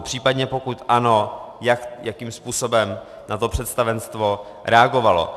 Případně, pokud ano, jakým způsobem na to představenstvo reagovalo?